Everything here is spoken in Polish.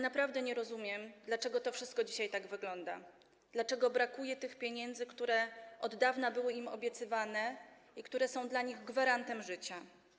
Naprawdę nie rozumiem, dlaczego to wszystko dzisiaj tak wygląda, dlaczego brakuje tych pieniędzy, które od dawna były im obiecywane i które są dla nich gwarantem życia.